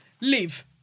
leave